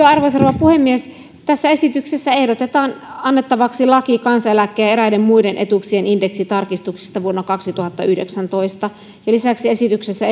arvoisa rouva puhemies tässä esityksessä ehdotetaan annettavaksi laki kansaneläkkeen ja eräiden muiden etuuksien indeksitarkistuksista vuonna kaksituhattayhdeksäntoista ja lisäksi esityksessä